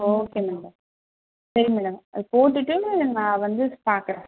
okay madam சரி madam அதை போட்டுவிட்டு நான் வந்து பார்க்கறேன்